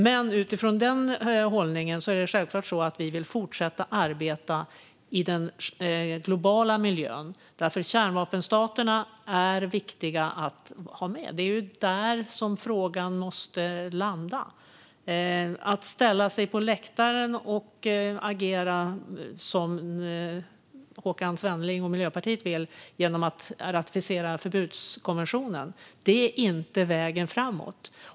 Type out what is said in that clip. Men utifrån denna hållning är det självklart att vi vill fortsätta arbeta i den globala miljön. Kärnvapenstaterna är viktiga att ha med. Det är ju där som frågan måste landa. Att ställa sig på läktaren och agera, som Håkan Svenneling och Miljöpartiet vill, genom att ratificera förbudskonventionen, är inte vägen framåt.